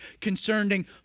concerning